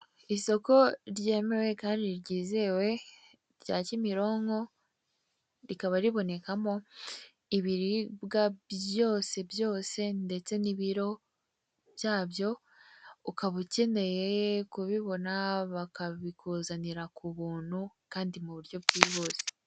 Isoko ryemewe kandi ryizewe rya Kimironko rikaba ribonekamo ibiribwa byose byose ndetse n'ibiro byabyo, ukaba ukeneye kubibona bakabikuzanira ku buntu kandi mu buryo bwihuse.